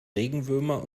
regenwürmer